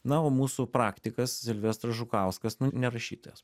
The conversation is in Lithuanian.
na o mūsų praktikas silvestras žukauskas nu ne rašytojas